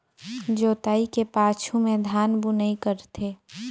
जोतई के पाछू में धान बुनई करथे